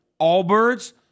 Allbirds